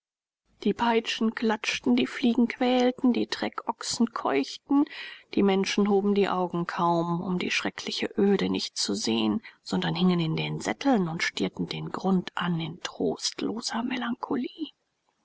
die peitschen klatschten die fliegen quälten die treckochsen keuchten die menschen hoben die augen kaum um die schreckliche ode nicht zu sehen sondern hingen in den sätteln und stierten den grund an in trostloser melancholie